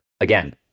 again